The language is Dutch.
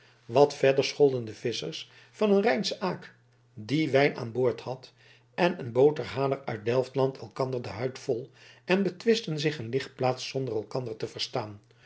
wat verder scholden de schippers van een rijnsche aak die wijn aan boord had en een boterhaalder uit delftland elkander de huid vol en betwistten zich een ligplaats zonder elkander te verstaan